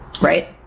right